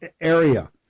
area